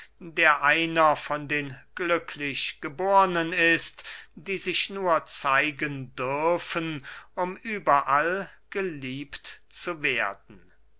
der einer von den glücklichgebornen ist die sich nur zeigen dürfen um überall geliebt zu werden